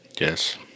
Yes